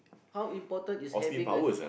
how important is having a ch~